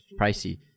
pricey